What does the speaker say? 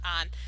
on